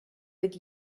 with